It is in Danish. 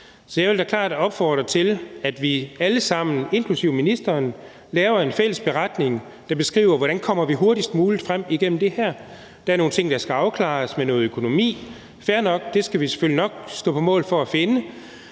Så jeg vil da klart opfordre til, at vi alle sammen, inklusive ministeren, laver en fælles beretning, der beskriver, hvordan vi kommer hurtigst muligt igennem med det her. Der er nogle ting med noget økonomi, der skal afklares. Det er fair nok, og det skal vi selvfølgelig nok stå på mål for at finde.